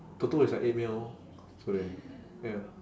toto is like eight mil today ya